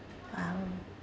!wow!